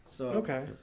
Okay